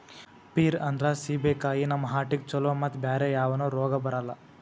peer ಅಂದ್ರ ಸೀಬೆಕಾಯಿ ನಮ್ ಹಾರ್ಟಿಗ್ ಛಲೋ ಮತ್ತ್ ಬ್ಯಾರೆ ಯಾವನು ರೋಗ್ ಬರಲ್ಲ್